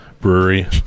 Brewery